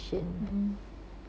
mmhmm